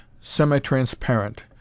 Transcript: semi-transparent